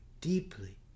deeply